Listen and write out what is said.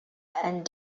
and